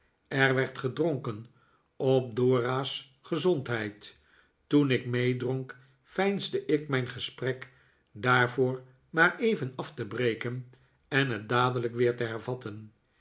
er werd gedronken op dora's gezondheid toen ik meedronk veinsde ik mijn gesprek daarvoor maar even af te breken en het dadelijk weer te hervatten